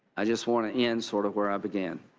i just want to end sort of where i began.